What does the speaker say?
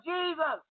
Jesus